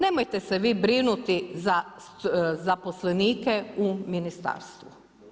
Nemojte se vi brinuti za zaposlenike u Ministarstvu.